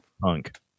punk